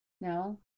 No